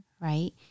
right